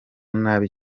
nabi